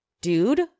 dude